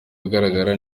agaragara